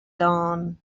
dawn